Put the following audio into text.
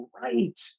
right